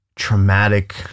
traumatic